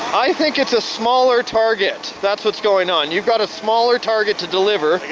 i think it's a smaller target. that's what's going on. you've got a smaller target to deliver.